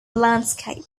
landscape